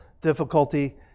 difficulty